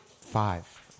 five